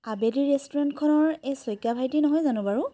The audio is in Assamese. আবেলি ৰেষ্টুৰেণ্টখনৰ এই শইকীয়া ভাইটি নহয় জানো বাৰু